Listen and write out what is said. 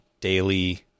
daily